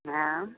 एँ